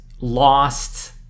lost